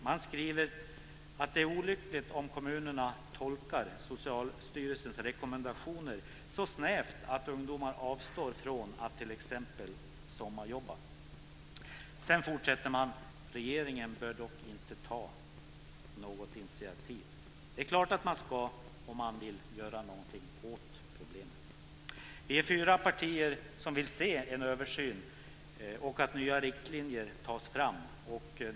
Man skriver att det är olyckligt om kommunerna tolkar Socialstyrelsens rekommendationer så snävt att ungdomar avstår från att t.ex. sommarjobba. Sedan fortsätter man med att riksdagen dock inte bör ta något initiativ. Det är klart att man ska det om man vill göra något åt problemet. Vi är fyra partier som vill se att en översyn görs och nya riktlinjer tas fram.